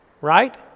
Right